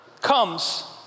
comes